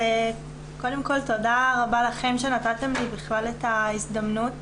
קודם כל תודה רבה לכם שנתתם לי בכלל את ההזדמנות.